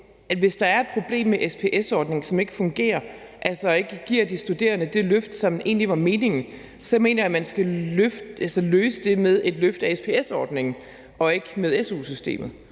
at hvis der er et problem med SPS-ordningen, altså hvis den ikke fungerer og giver de studerende det løft, som egentlig var meningen, mener jeg, at man skal løse det med et løft af SPS-ordningen og ikke med su-systemet.